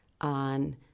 on